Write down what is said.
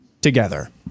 together